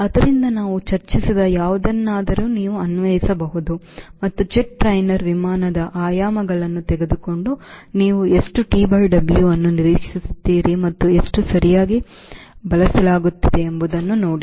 ಆದ್ದರಿಂದ ನಾವು ಚರ್ಚಿಸಿದ ಯಾವುದನ್ನಾದರೂ ನೀವು ಅನ್ವಯಿಸಬಹುದು ಮತ್ತು ಜೆಟ್ ಟ್ರೈನರ್ ವಿಮಾನದ ಆಯಾಮಗಳನ್ನು ತೆಗೆದುಕೊಂಡು ನೀವು ಎಷ್ಟು TWಅನ್ನು ನಿರೀಕ್ಷಿಸುತ್ತೀರಿ ಮತ್ತು ಎಷ್ಟು ಸರಿಯಾಗಿ ಬಳಸಲಾಗುತ್ತಿದೆ ಎಂಬುದನ್ನು ನೋಡಿ